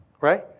right